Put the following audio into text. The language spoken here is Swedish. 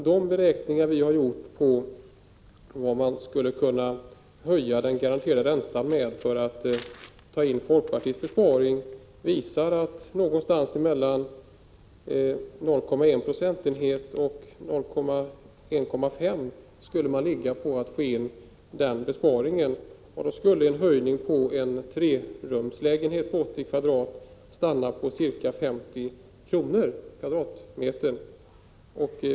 De beräkningar som vi har gjort av hur mycket man skulle behöva höja den garanterade räntan för att åstadkomma en besparing motsvarande den av folkpartiet föreslagna visar dock att den höjningen skulle ligga någonstans mellan 0,1 och 0,15 procentenheter. Då skulle höjningen för en trerumslägenhet på 80 m? stanna vid ca 50 kr./m? i månaden.